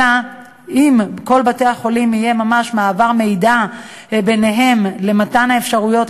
אלא אם יהיה בין כל בתי-החולים ממש מעבר מידע למתן האפשרות,